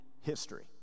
history